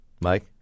Mike